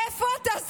איפה אתה,